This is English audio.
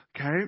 Okay